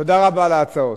תודה רבה על ההצעות.